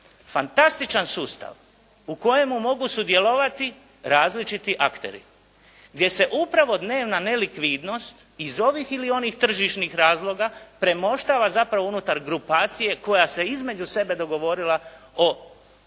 fantastičan sustav u kojemu mogu sudjelovati različiti akteri. Gdje se upravo dnevna nelikvidnost iz ovih ili onih tržišnih razloga premoštava zapravo unutar grupacije koja se između sebe dogovorila o